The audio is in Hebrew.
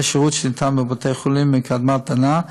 זה שירות שניתן בבתי-החולים מקדמת דנא,